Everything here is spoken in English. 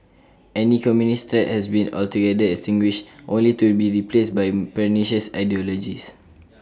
any communist has been altogether extinguished only to be replaced by pernicious ideologies